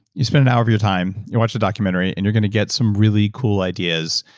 you spend an hour of your time, you watch the documentary and you're going to get some really cool ideas.